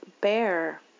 bear